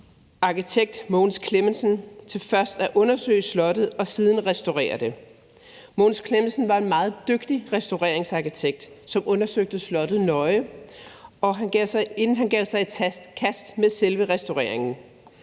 arkitekten Mogens Clemmensen til først at undersøge slottet og siden restaurere det. Mogens Clemmensen var en meget dygtig restaureringsarkitekt, som undersøgte slottet nøje, inden han gav sig i kast med selve restaureringen.